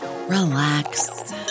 Relax